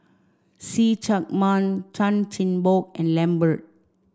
see Chak Mun Chan Chin Bock and Lambert